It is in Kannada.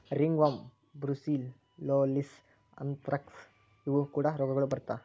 ರಿಂಗ್ವರ್ಮ, ಬ್ರುಸಿಲ್ಲೋಸಿಸ್, ಅಂತ್ರಾಕ್ಸ ಇವು ಕೂಡಾ ರೋಗಗಳು ಬರತಾ